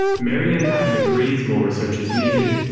mary anne patton agrees more research is needed,